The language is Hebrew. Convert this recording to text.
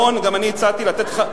אתה מתפלא?